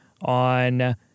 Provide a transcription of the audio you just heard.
on